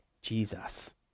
Jesus